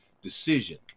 decision